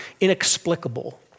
inexplicable